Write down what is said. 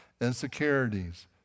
Insecurities